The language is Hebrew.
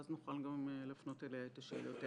ואז נוכל גם להפנות אליה את השאלות האלה.